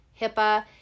HIPAA